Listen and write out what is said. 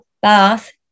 bath